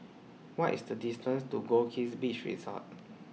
What IS The distance to Goldkist Beach Resort